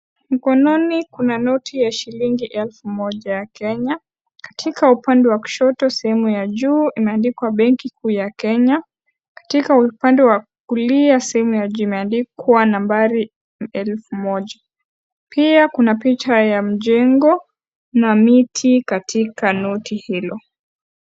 Mkononi kuna noti ya shilingi elfu moja ya Kenya. Katika upande wa kushoto sehemu ya juu, imeandikwa "Benki kuu ya Kenya". Katika upande wa kulia sehemu ya juu imeandikwa nambari elfu moja. Pia kuna picha ya mjengo na miti katika noti hilo.